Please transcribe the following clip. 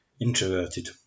introverted